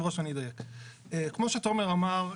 כמו שתומר אמר,